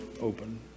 open